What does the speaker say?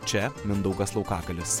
čia mindaugas laukagalis